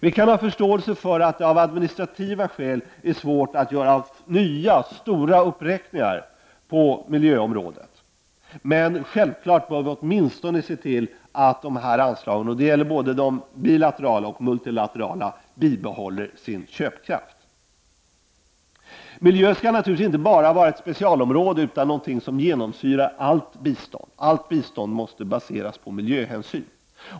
Vi kan ha förståelse för att man av administrativa skäl kan finna det svårt att göra nya och stora uppräkningar av anslagen på miljöområdet, men självfallet bör man se till att dessa anslag, både bilaterala och multilaterala anslag, bibehåller sin köpkraft. Miljön skall naturligtvis inte bara vara ett specialområde utan i stället vara något som genomsyrar allt bistånd. Allt bistånd måste baseras på miljöhänsyn.